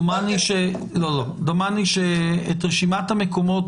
דומני שהם לא זקוקים לקבל ממך את רשימת המקומות